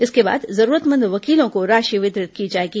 इसके बाद जरूरतमंद वकीलों को राशि वितरित की जाएगी